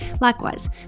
Likewise